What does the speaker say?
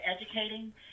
educating